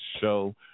show